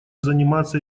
заниматься